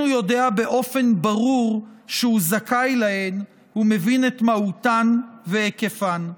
הוא יודע באופן ברור שהוא זכאי להן ומבין את מהותן והיקפן.